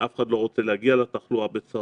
אף אחד לא רוצה להגיע לתחלואה בצרפת,